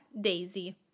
daisy